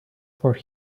for